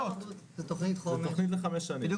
הפעילות זאת באמצעות מבחני תמיכה אבל את סכום הכסף שנלקח